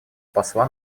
посла